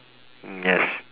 mm yes